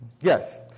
Yes